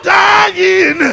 dying